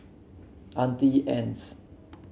Auntie Anne's